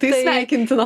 tai sveikintina